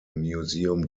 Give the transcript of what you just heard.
museum